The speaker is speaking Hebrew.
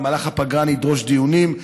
במהלך הפגרה נדרוש דיונים,